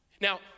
Now